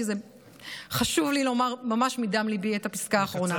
כי חשוב לי לומר ממש מדם ליבי את הפסקה האחרונה.